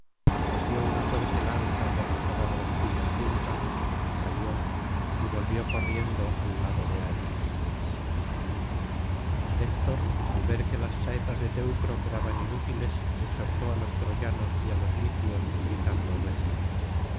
asió una fuerte lanza de aguzada broncínea punta salió y volvió corriendo al lado de áyax héctor al ver que las saetas de teucro quedaban inútiles exhortó á los troyanos y á los licios gritando recio